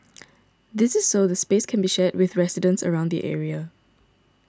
this is so the space can be shared with residents around the area